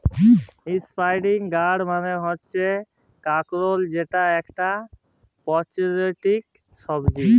ইসপিলই গাড় মালে হচ্যে কাঁকরোল যেট একট পুচটিকর ছবজি